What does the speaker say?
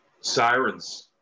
sirens